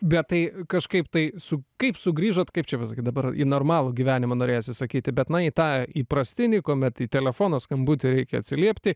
bet tai kažkaip tai su kaip sugrįžot kaip čia visgi dabar į normalų gyvenimą norėjosi sakyti bet ne į tą įprastinį kuomet į telefono skambutį reikia atsiliepti